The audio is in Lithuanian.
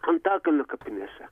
antakalnio kapinėse